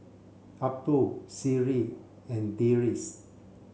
Abdul Seri and Deris